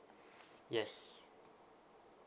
yes